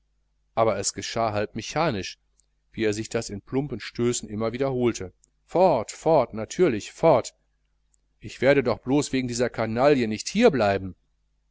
aber es geschah halb mechanisch wie er sich das in plumpen stößen immer wiederholte fort fort natürlich fort ich werde doch wohl wegen dieser kanaille nicht